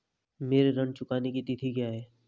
मेरे ऋण चुकाने की तिथि क्या है?